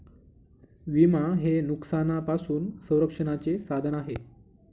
विमा हे नुकसानापासून संरक्षणाचे साधन आहे